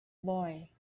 boy